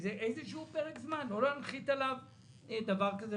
איזשהו פרק זמן, לא להנחית עליו דבר כזה.